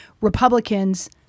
Republicans